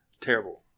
terrible